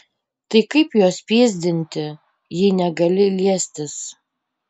tai kaip juos pyzdinti jei negali liestis